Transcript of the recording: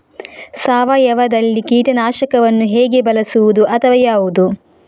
ಸಾವಯವದಲ್ಲಿ ಕೀಟನಾಶಕವನ್ನು ಹೇಗೆ ಬಳಸುವುದು ಅಥವಾ ಯಾವುದು?